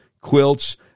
quilts